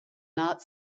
not